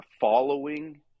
following